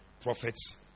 prophets